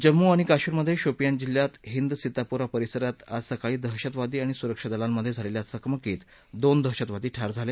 जम्मू आणि काश्मिरमधे शोपियान जिल्ह्यात हिंद सितापोरा परिसरात आज सकाळी दहशतवादी आणि सुरक्षा दलांमधे झालेल्या चकमकीत दोन दहशतवादी ठार झाले